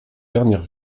dernière